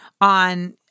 on